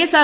SR